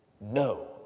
No